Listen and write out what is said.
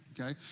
okay